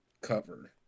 cover